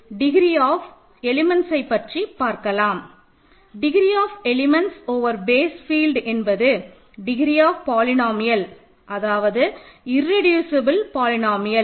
degree of elements பற்றி பார்க்கலாம் degree of elements over base field என்பது டிகிரி ஆப் பாலினோமியல் அதாவது இர்ரெடியூசபல் பாலினோமியல்